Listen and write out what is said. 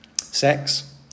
Sex